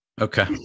Okay